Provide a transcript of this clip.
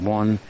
one